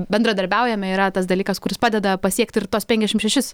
bendradarbiaujame yra tas dalykas kuris padeda pasiekti ir tuos penkiasdešimt šešis